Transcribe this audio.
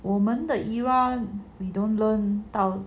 我们 the era we don't learn 到